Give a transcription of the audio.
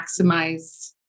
maximize